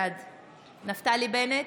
בעד נפתלי בנט,